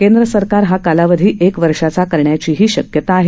केंद्र सरकार हा कालावधी एक वर्षाचा करण्याचीही शक्यता आहे